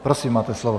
Prosím, máte slovo.